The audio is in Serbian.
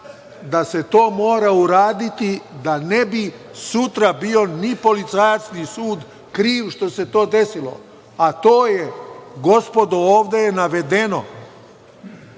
da se to mora uraditi da ne bi sutra bio ni policajac ni sud kriv što se to desilo. A, to je, gospodo, ovde navedeno.